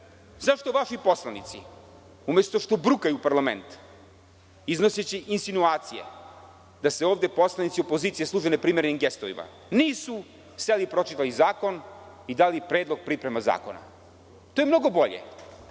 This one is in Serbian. Zašto vaši poslanici umesto što brukaju parlament iznoseći insinuacije da se ovde poslanici opozicije služe neprimerenim gestovima, nisu seli i pročitali zakon i dali predlog priprema zakona. To je mnogo bolje